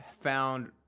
found